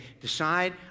Decide